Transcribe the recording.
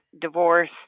divorce